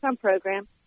program